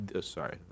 Sorry